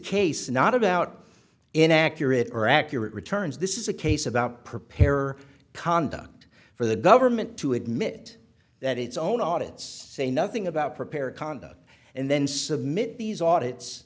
case not about inaccurate or accurate returns this is a case about preparer conduct for the government to admit that its own audits say nothing about prepare conduct and then submit these audit